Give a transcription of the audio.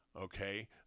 okay